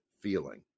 feeling